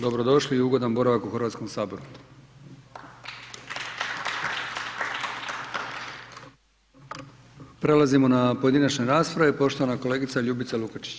Dobro došli i ugodan boravak u Hrvatskom saboru. Prelazimo na pojedinačne rasprave, poštovana kolegica Ljubica Lukačić.